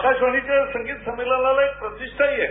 आकाशवाणीच्या संगीत संमेलनाला एक प्रतिष्ठाही आहे